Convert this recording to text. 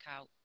out